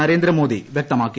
നരേന്ദ്രമോദി വ്യക്തമാക്കി